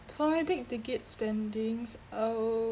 for a big-ticket spendings I will